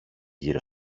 γύρω